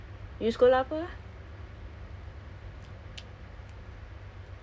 so just kerja a'ah I sekolah kat uh S_U_S_S sekarang